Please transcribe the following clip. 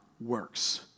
works